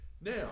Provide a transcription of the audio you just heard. Now